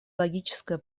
логическое